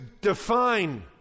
define